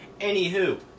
Anywho